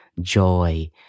joy